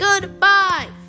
goodbye